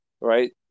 right